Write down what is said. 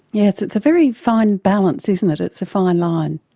yeah it's it's a very fine balance, isn't it, it's a fine line.